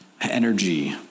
energy